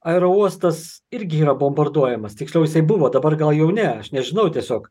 aerouostas irgi yra bombarduojamas tiksliau jisai buvo dabar gal jau ne aš nežinau tiesiog